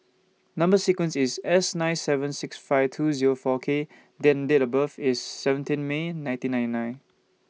Number sequence IS S nine seven six five two Zero four K and Date of birth IS seventeen May nineteen nine nine